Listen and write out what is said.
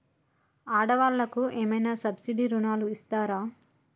ఆడ వాళ్ళకు ఏమైనా సబ్సిడీ రుణాలు ఇస్తారా?